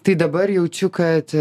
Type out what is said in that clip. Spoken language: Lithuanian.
tai dabar jaučiu kad